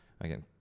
again